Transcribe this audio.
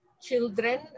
children